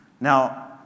Now